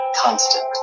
constant